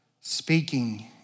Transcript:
speaking